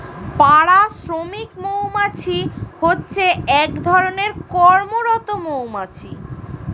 পাড়া শ্রমিক মৌমাছি হচ্ছে এক ধরণের কর্মরত মৌমাছি